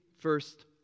first